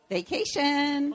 vacation